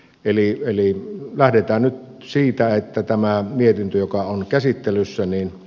eli lähdetään nyt siitä että tämä mietintö joka on käsittelyssä ne